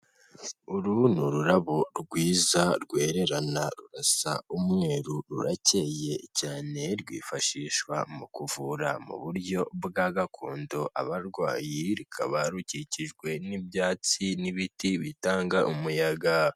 Uru ni ururabo rwiza rwererana rurasa umweru rarakeye cyane, rwifashishwa mu kuvura mu buryo bwa gakondo abarwayi, rukaba rukikijwe n'ibyatsi n'ibiti bitanga umuyaga.